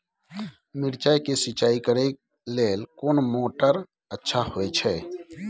मिर्चाय के सिंचाई करे लेल कोन मोटर अच्छा होय छै?